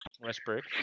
Westbrook